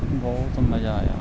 ਬਹੁਤ ਮਜ਼ਾ ਆਇਆ